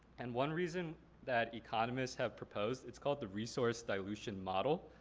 and one reason that economists have proposed, it's called the resource dilution model.